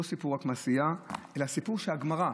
לא סיפור מעשייה, אלא סיפור של הגמרא.